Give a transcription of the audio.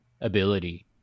ability